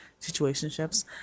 situationships